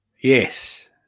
Yes